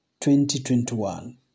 2021